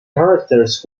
characters